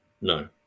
No